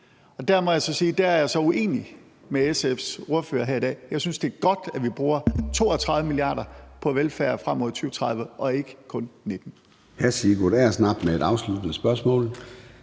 der er jeg uenig med SF's ordfører her i dag. Jeg synes, det er godt, at vi bruger 32 mia. kr. på velfærd frem mod 2030 og ikke kun 19